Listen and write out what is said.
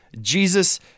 Jesus